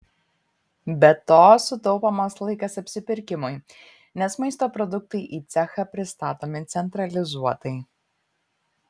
be to sutaupomas laikas apsipirkimui nes maisto produktai į cechą pristatomi centralizuotai